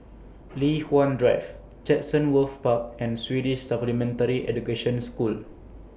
Li Hwan Drive Chatsworth Park and Swedish Supplementary Education School